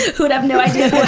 who would have no idea